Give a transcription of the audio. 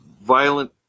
violent